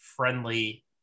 friendly